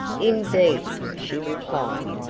indeed, she replied,